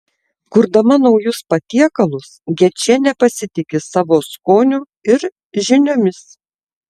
kurdama naujus patiekalus gečienė pasitiki savo skoniu ir žiniomis